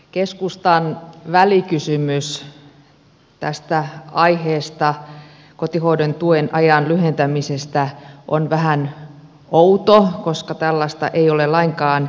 keskustan välikysymys tästä aiheesta kotihoidon tuen ajan lyhentämisestä on vähän outo koska tällaista ei ole lainkaan esitetty